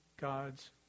God's